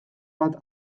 bat